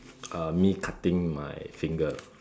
uh me cutting my finger